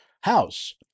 house